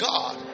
God